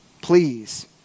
please